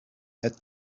had